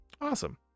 Awesome